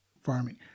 farming